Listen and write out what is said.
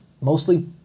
mostly